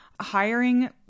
hiring